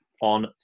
on